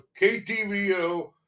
KTVO